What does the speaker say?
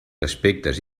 aspectes